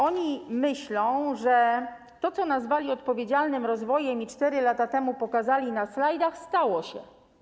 Oni myślą, że to, co nazwali odpowiedzialnym rozwojem i 4 lata temu pokazali na slajdach, stało się.